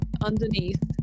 underneath